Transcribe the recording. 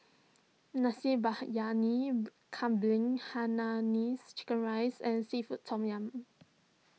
Nasi Kambing Hainanese Chicken Rice and Seafood Tom Yum